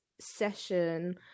session